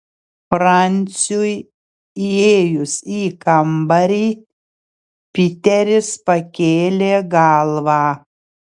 franciui įėjus į kambarį piteris pakėlė galvą